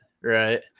Right